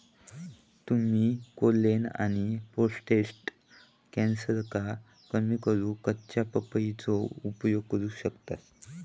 तुम्ही कोलेन आणि प्रोटेस्ट कॅन्सरका कमी करूक कच्च्या पपयेचो उपयोग करू शकतास